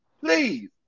Please